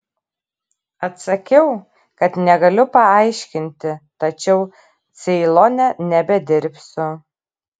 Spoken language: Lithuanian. atsakiau kad negaliu paaiškinti tačiau ceilone nebedirbsiu